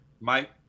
Mike